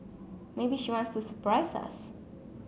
maybe she wants to surprise us